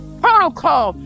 protocol